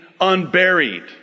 unburied